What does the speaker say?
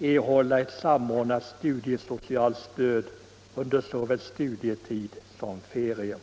erhålla ett samordnat studiesocialt stöd under såväl studietid som ferier.